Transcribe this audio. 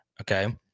okay